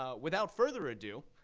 ah without further ado,